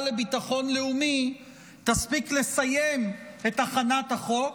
לביטחון לאומי תספיק לסיים את הכנת החוק,